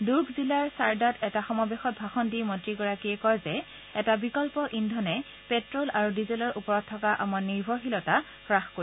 দূৰ্গ জিলাৰ ছাৰডাত এটা সমাৱেশত ভাষণ দি মন্ত্ৰীগৰাকীয়ে কয় যে এটা বিকল্প ইন্ধনে পেট্টল আৰু ডিজেলৰ ওপৰত থকা আমাৰ নিৰ্ভৰশীলতা হাস কৰিব